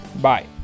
Bye